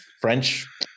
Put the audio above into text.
french